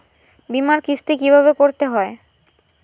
বিমার কিস্তি কিভাবে করতে হয়?